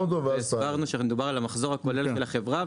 הסברנו שמדובר על המחזור הקודם של החברה,